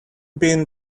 been